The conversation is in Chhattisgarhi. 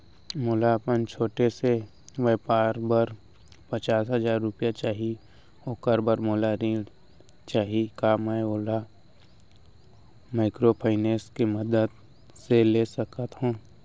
मोला अपन छोटे से व्यापार बर पचास हजार रुपिया चाही ओखर बर मोला ऋण चाही का मैं ओला माइक्रोफाइनेंस के मदद से ले सकत हो?